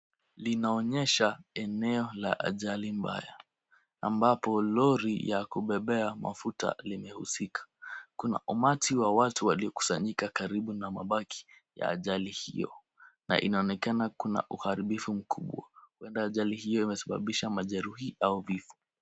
Linaonyesha eneo la ajali mbaya, ambapo lori ya kubebea mafuta limehusika. Kuna umati wa watu waliokusanyika karibu na mabaki ya ajali hiyo na inaonekana kuna uharibifu mkubwa. Huenda ajali hiyo imesababisha majeruhi au vifo.